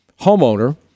homeowner